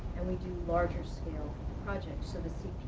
and we do larger scale projects. so the